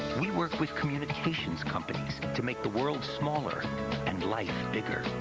we work with communications companies to make the world smaller and life bigger.